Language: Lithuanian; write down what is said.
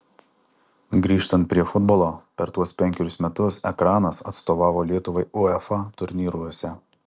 grįžtant prie futbolo per tuos penkerius metus ekranas atstovavo lietuvai uefa turnyruose